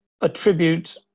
attribute